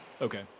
Okay